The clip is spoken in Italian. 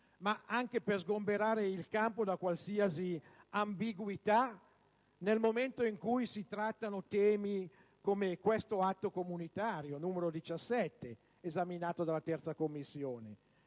ma anche per sgomberare il campo da qualsiasi ambiguità nel momento in cui si trattano temi come questo atto comunitario n. 17 esaminato dalla 3a Commissione.